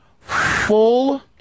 Full